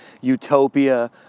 utopia